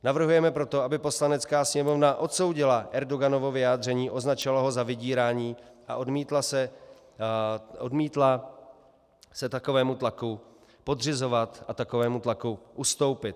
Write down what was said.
Navrhujeme proto, aby Poslanecká sněmovna odsoudila Erdoganovo vyjádření, označila ho za vydírání a odmítla se takovému tlaku podřizovat a takovému tlaku ustoupit.